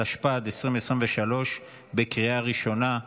התשפ"ד 2023, בקריאה ראשונה.